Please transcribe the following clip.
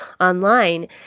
online